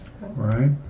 right